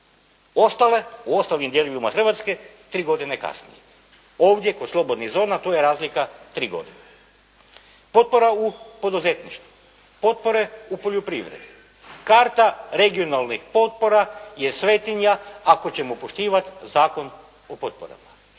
Ostale u ostalim dijelovima Hrvatske, tri godine kasnije. Ovdje kod slobodnih zona, to je razlika tri godine. Potpora u poduzetništvu, potpore u poljoprivredi, karta regionalnih potpora je svetinja, ako ćemo poštivati Zakon o potporama.